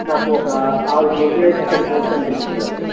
నాకు ఒక ఆరు కేజీలు అయితే సరిపోద్ది అనిపిస్తుదండి